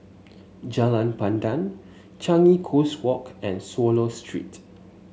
Jalan Pandan Changi Coast Walk and Swallow Street